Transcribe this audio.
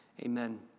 Amen